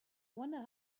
wonder